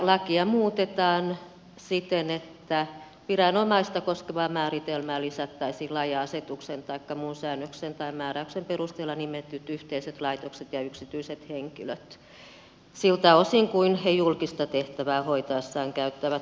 lakia muutetaan siten että viranomaista koskevaan määritelmään lisättäisiin lain ja asetuksen taikka muun säännöksen tai määräyksen perusteella nimetyt yhteiset laitokset ja yksityiset henkilöt siltä osin kuin he julkista tehtävää hoitaessaan käyttävät julkista valtaa